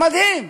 זה מדהים,